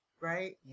right